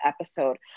episode